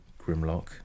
Grimlock